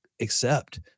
accept